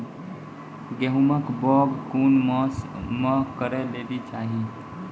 गेहूँमक बौग कून मांस मअ करै लेली चाही?